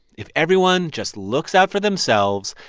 if everyone just looks out for themselves,